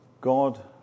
God